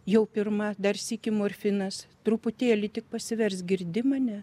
jau pirma dar sykį morfinas truputėlį tik pasiversk girdi mane